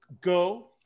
Go